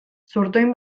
zurtoin